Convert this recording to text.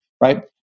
right